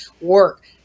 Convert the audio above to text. work